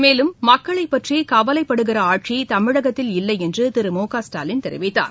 மேலும் மக்களைப் பற்றிகவலைப்படுகின்றஆட்சிதமிழகத்தில் இல்லைஎன்றதிரு மு க ஸ்டாலின் தெரிவித்தார்